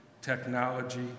technology